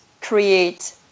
create